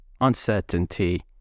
Uncertainty